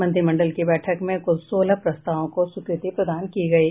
मंत्रिमंडल की बैठक में कुल सोलह प्रस्तावों को स्वीकृति प्रदान की गयी